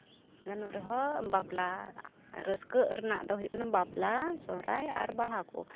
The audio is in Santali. ᱜᱟᱱᱚᱜ ᱨᱮᱦᱚᱸ ᱵᱟᱯᱞᱟ ᱨᱟᱹᱥᱠᱟᱹᱜ ᱨᱮᱱᱟᱜ ᱫᱚ ᱦᱩᱭᱩᱜ ᱠᱟᱱᱟ ᱵᱟᱯᱞᱟ ᱥᱚᱨᱦᱟᱭ ᱟᱨ ᱵᱟᱦᱟ ᱠᱚ